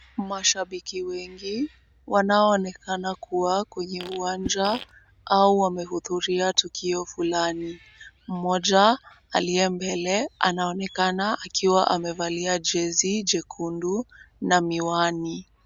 Mashabiki wengi wanaoonekana kuwa kwenye uwanja, au wamehudhuria tukio fulani. Mmoja aliye mbele anaonekana akiwa amevalia jezi jekundu na miwani.